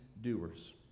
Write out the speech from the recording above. doers